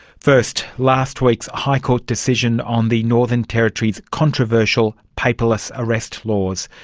first, last week's high court decision on the northern territory's controversial paperless arrest wars.